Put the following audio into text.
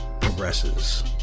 progresses